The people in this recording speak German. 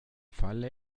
fall